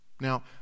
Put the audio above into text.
Now